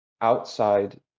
outside